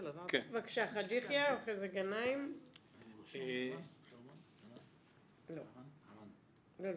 עבד אל חכים חאג' יחיא (הרשימה המשותפת): כן.